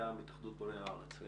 מטעם התאחדות בוני הארץ.